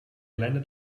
landed